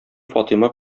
фатыйма